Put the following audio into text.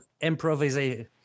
improvisation